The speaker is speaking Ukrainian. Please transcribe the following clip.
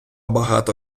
багато